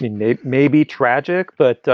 maybe maybe tragic. but,